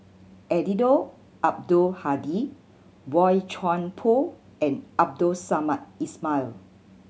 Eddino Abdul Hadi Boey Chuan Poh and Abdul Samad Ismail